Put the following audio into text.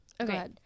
Okay